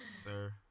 Sir